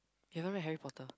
you haven't read Harry Potter